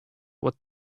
what